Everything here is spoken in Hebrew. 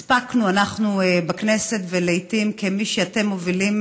הספקנו, אנחנו בכנסת, ולעיתים, כמי שמובילים